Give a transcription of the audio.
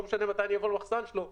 לא משנה מתי אני אבוא למחסן שלו,